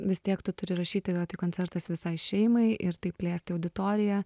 vis tiek tu turi rašyti kad tai koncertas visai šeimai ir taip plėsti auditoriją